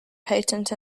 patent